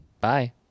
Bye